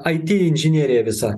it inžinierija visa